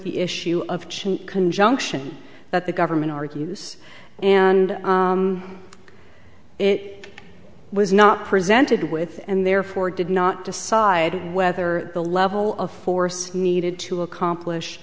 the issue of conjunction that the government argues and it i was not presented with and therefore did not decide whether the level of force needed to accomplish